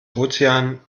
ozean